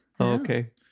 Okay